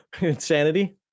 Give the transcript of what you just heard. insanity